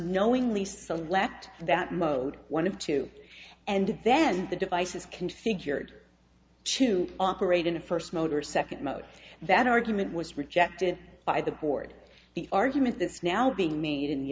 knowingly select that mode one of two and then the device is configured to operate in a first motor second mode that argument was rejected by the board the argument that's now being made in the